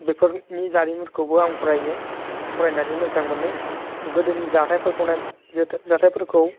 बेफोरनि जारिमिनफोरखौबो आं फरायो फरायनानै मोजां मोनो गोदोनि जाथाइफोरखौ नाय जाथाइफोरखौ